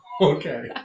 Okay